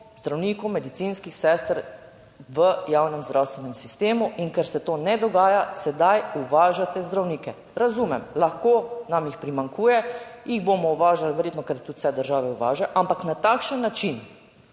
zdravnikov, medicinskih sester v javnem zdravstvenem sistemu. In ker se to ne dogaja, sedaj uvažate zdravnike. Razumem, lahko nam jih primanjkuje, jih bomo uvažali verjetno, ker tudi vse države uvažajo. Ampak na takšen način